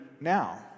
now